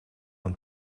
een